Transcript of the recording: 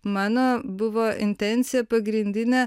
mano buvo intencija pagrindinė